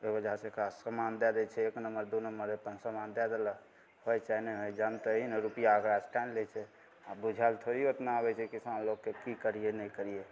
ओहि वजहसे ओकरा समान दै दै छै एक नम्बर दुइ नम्बर अपन समान दै देलक होइ चाहे नहि होइ जानतै ई नहि रुपैआ ओकरासे टानि लै छै आओर बुझल थोड़ी ओतना आबै छै किसान लोकके कि करिए नहि करिए